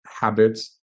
habits